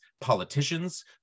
politicians